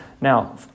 Now